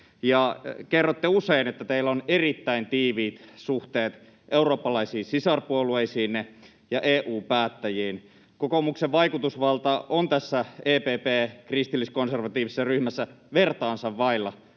kerrotte usein, että teillä on erittäin tiiviit suhteet eurooppalaisiin sisarpuolueisiinne ja EU-päättäjiin ja kokoomuksen vaikutusvalta on tässä EPP:n kristilliskonservatiivisessa ryhmässä vertaansa vailla,